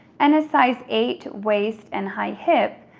and a size eight waist and high hip,